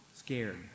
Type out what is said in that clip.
Scared